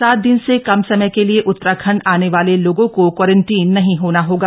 सात दिन से कम समय के लिए उत्तराखण्ड आने वाले लोगों को क्वारनटीन नहीं होना होगा